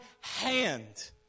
hand